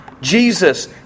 Jesus